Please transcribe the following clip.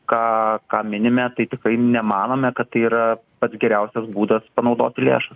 ką ką minime tai tikrai nemanome kad tai yra pats geriausias būdas panaudoti lėšas